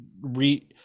re